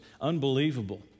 unbelievable